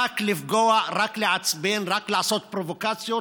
רק לפגוע, רק לעצבן, רק לעשות פרובוקציות,